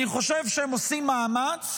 אני חושב שהם עושים מאמץ,